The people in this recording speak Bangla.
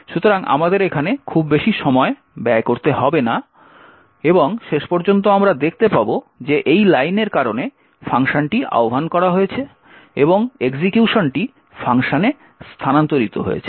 সুতরাং আমাদের এখানে খুব বেশি সময় ব্যয় করতে হবে না এবং শেষ পর্যন্ত আমরা দেখতে পাব যে এই লাইনের কারণে ফাংশনটি আহ্বান করা হয়েছে এবং এক্সিকিউশনটি ফাংশনে স্থানান্তরিত হয়েছে